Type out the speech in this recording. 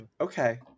Okay